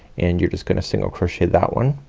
and you're just gonna single crochet that one.